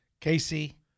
Casey